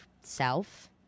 self